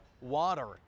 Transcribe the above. water